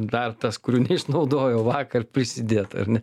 dar tas kur neišnaudojau vakar prisidėt ar ne